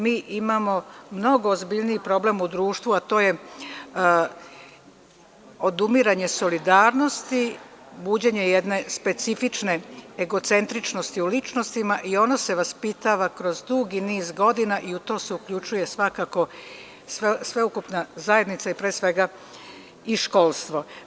Mi imamo mnogo ozbiljniji problem u društvu, a to je odumiranje solidarnosti, buđenje jedne specifične egocentričnosti u ličnostima i ono se vaspitava kroz dugi niz godina i u to se uključuje svakako sveukupna zajednica i pre svega i školstvo.